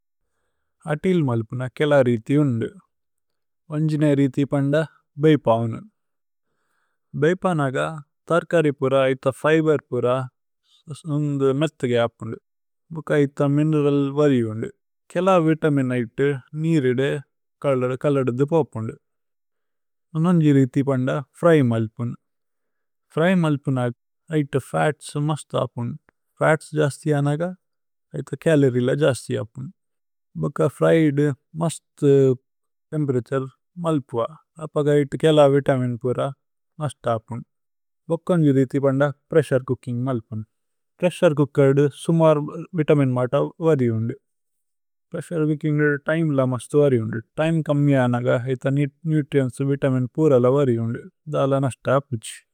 അതീല് മല്പുന കേല രീഥി ഉന്ദു വന്ജിന। രീഥി പന്ദ ബേഇപ ഉനു। ഭേഇപ നഗ। ഥര്കരി പുര ഐഥ ഫിബേര് പുര സുന്ദു। മേഥ്ഗേ അപ്പുന്ദു ഭുക ഐഥ। മിനേരല് വര്രി ഉന്ദു കേല വിതമിനേ ഐഥ। നീരിദേ കലദു കലദുദു। പോപ്പുന്ദു ഉനോന്ജി രീഥി പന്ദ ഫ്ര്യ് മല്പുനു। ഫ്ര്യ് മല്പുന ഐഥ ഫത്സ് മസ്ത് അപ്പുന്ദു ഫത്സ്। ജസ്ഥി അനഗ ഐഥ ചലോരിഏ ല ജസ്ഥി। അപ്പുന്ദു ഭുക ഫ്ര്യ് ഇദു മസ്ത്। തേമ്പേരതുരേ മല്പുഅ അപഗൈതു കേല വിതമിന്। പുര നസ്ത് അപ്പുന്ദു ഭുക ഉന്ജി രീഥി പന്ദ। പ്രേസ്സുരേ ചൂകിന്ഗ് മല്പുനു പ്രേസ്സുരേ ചൂകേര്ദു। സുമര് വിതമിനേ മതവു വര്രി ഉന്ദു പ്രേസ്സുരേ। ചൂകിന്ഗു തിമേ ല മസ്ത് വര്രി ഉന്ദു തിമേ കമി। അനഗ ഐഥ നുത്രിഏന്ത്സ് വിതമിനേ പുര ല। വര്രി ഉന്ദു ദാല നസ്ത് അപ്പുഛി।